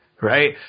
right